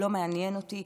לא מעניין אותי.